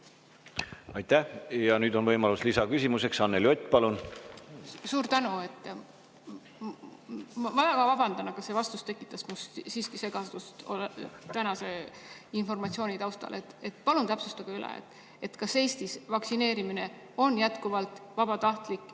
Aitäh! Ja nüüd on võimalus lisaküsimuseks. Anneli Ott, palun! Suur tänu! Ma väga vabandan, aga see vastus tekitas mus siiski segadust tänase informatsiooni taustal. Palun täpsustage üle, kas Eestis on vaktsineerimine jätkuvalt vabatahtlik